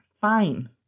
fine